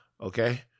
Okay